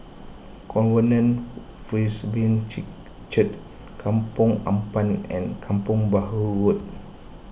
Covenant Presbyterian Church Kampong Ampat and Kampong Bahru Road